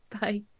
Bye